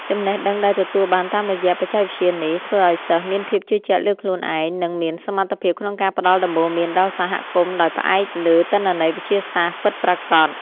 ចំណេះដឹងដែលទទួលបានតាមរយៈបច្ចេកវិទ្យានេះ ធ្វើឱ្យសិស្សមានភាពជឿជាក់លើខ្លួនឯង និងមានសមត្ថភាពក្នុងការផ្ដល់ដំបូន្មានដល់សហគមន៍ដោយផ្អែកលើទិន្នន័យវិទ្យាសាស្ត្រពិតប្រាកដ។